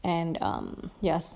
and um yes